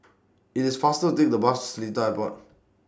IT IS faster to Take The Bus Seletar Airport